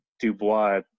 Dubois